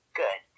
good